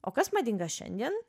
o kas madinga šiandien